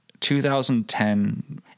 2010